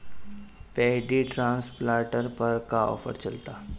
Paddy transplanter पर का offer चलता?